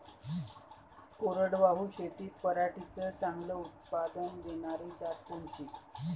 कोरडवाहू शेतीत पराटीचं चांगलं उत्पादन देनारी जात कोनची?